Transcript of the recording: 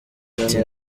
ati